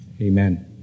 Amen